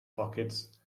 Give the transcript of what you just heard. pockets